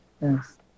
Yes